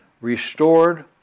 restored